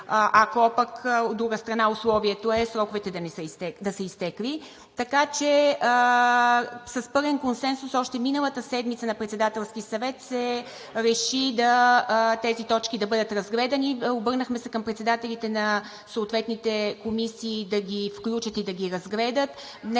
как да се случи, ако условието е сроковете да са изтекли. Така че с пълен консенсус още миналата седмица на Председателски съвет се реши тези точки да бъдат разгледани. Обърнахме се към председателите на съответните комисии да ги включат и разгледат.